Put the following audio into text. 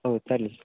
हो चालेल